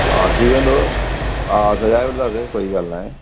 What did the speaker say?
हा थी वेंदो हा सजाए वठंदासीं कोई ॻाल्हि न आहे